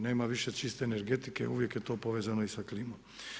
Nema više čiste energetike, uvijek je to povezano i sa klimom.